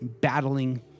battling